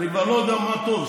אני כבר לא יודע מה טוב.